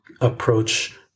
approach